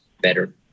better